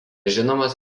žinomas